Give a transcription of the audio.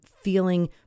feeling